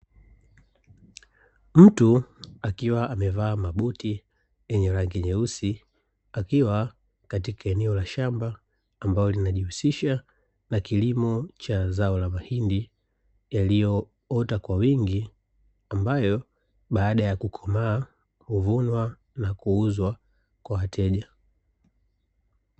Mtu akiwa amevaa mabuti yenye rangi nyeusi, akiwa katika eneo la shamba ambalo linajihusisha na kilimo cha zao la mahindi, yaliyoota kwa wingi ambayo baada ya kukomaa huvunwa na kuuzwa kwa wateja.